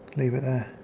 leave it there